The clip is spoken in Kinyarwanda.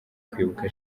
kwibuka